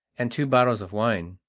and two bottles of wine.